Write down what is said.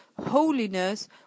holiness